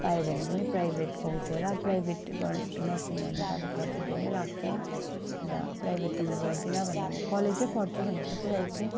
पाएँ भने पनि प्राइभेट पाउँछु होला प्राइभेट गर्न नर्सिङ गर्ने त अब खर्च धेरै लाग्छ अन्त प्राइभेट त मो गर्दिनँ भनेर म कलेजै पढ्छु भनेर सोचिसकेको थिएँ